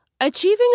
Achieving